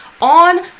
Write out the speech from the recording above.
on